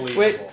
wait